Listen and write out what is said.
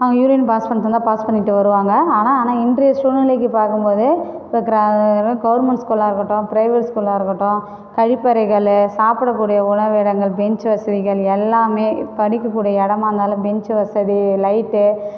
அவங்க urine pass பண்ண சொன்ன பாஸ் பண்ணிவிட்டு வருவாங்க ஆனால் ஆனால் இன்றைய சூழ்நிலைக்கு பார்க்கும் போது அப்புறம் கவர்மண்டு ஸ்கூலாக இருக்கட்டும் பிரைவேட் ஸ்கூலாக இருக்கட்டும் கழிப்பறைகளு சாப்பிட கூடிய உணவு இடங்கள் பெஞ்சு வசதிகள் எல்லாமே படிப்புக்கு உடைய இடமாருந்தாலும் பெஞ்ச் வசதி லைட்டு